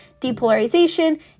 depolarization